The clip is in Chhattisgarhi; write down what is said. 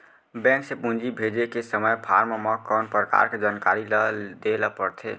बैंक से पूंजी भेजे के समय फॉर्म म कौन परकार के जानकारी ल दे ला पड़थे?